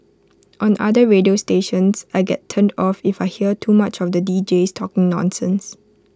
on other radio stations I get turned off if I hear too much of the Deejays talking nonsense